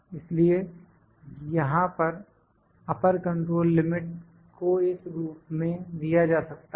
इसलिए यहां पर अपर कंट्रोल लिमिट को इस रूप में दिया जा सकता है